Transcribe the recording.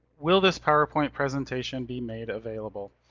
will this powerpoint presentation be made available?